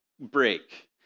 break